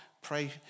pray